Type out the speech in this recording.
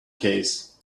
case